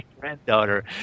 granddaughter